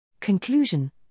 Conclusion